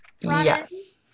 Yes